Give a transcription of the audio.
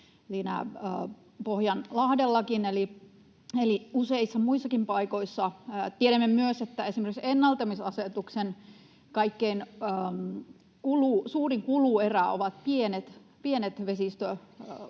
Pohjanlahdellakin eli useissa muissakin paikoissa. Tiedämme myös, että esimerkiksi ennallistamisasetuksen kaikkein suurin kuluerä Suomessa ovat pienet vesistömuodot.